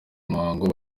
muhango